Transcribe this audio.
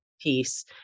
piece